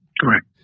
Correct